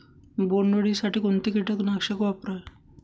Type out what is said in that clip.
बोंडअळी साठी कोणते किटकनाशक वापरावे?